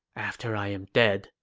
after i am dead,